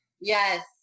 Yes